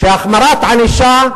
החמרת ענישה,